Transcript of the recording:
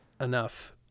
enough